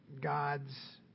God's